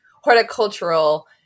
Horticultural